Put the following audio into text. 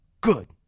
good